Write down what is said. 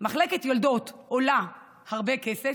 מחלקת יולדות עולה הרבה כסף,